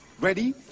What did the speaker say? Ready